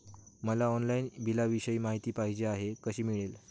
मला ऑनलाईन बिलाविषयी माहिती पाहिजे आहे, कशी मिळेल?